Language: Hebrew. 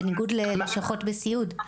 בניגוד ללשכות בסיעוד.